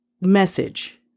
message